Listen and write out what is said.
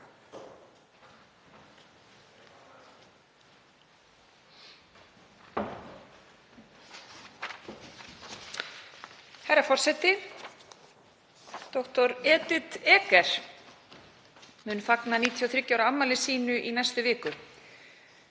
Herra forseti. Dr. Edith Eger mun fagna 93 ára afmæli sínu í næstu viku.